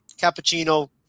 cappuccino